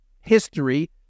history